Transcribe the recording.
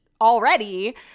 already